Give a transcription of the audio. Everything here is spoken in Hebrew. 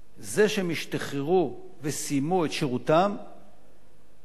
זה שהם השתחררו וסיימו את שירותם איננו